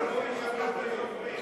רשימת הדוברים.